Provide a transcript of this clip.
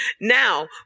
Now